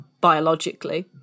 biologically